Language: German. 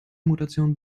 mutation